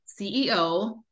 CEO